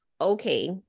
okay